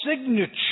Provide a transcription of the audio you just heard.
signature